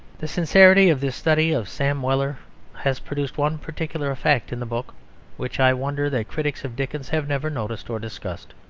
the sincerity of this study of sam weller has produced one particular effect in the book which i wonder that critics of dickens have never noticed or discussed.